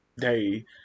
day